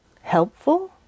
helpful